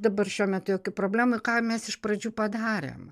dabar šiuo metu jokių problemų ką mes iš pradžių padarėm